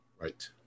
Right